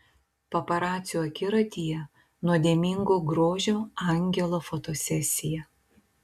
paparacių akiratyje nuodėmingo grožio angelo fotosesija